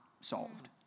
solved